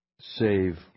save